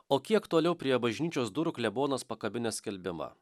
o kiek toliau prie bažnyčios durų klebonas pakabinęs skelbimą